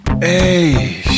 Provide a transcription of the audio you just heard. Hey